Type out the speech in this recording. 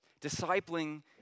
Discipling